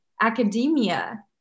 academia